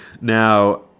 Now